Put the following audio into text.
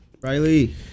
Riley